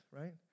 right